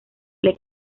les